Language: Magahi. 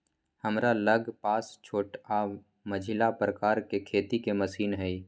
हमरा लग पास छोट आऽ मझिला प्रकार के खेती के मशीन हई